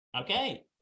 okay